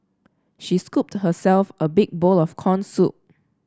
she scooped herself a big bowl of corn soup